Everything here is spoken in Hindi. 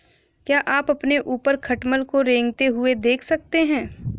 क्या आप अपने ऊपर खटमल को रेंगते हुए देख सकते हैं?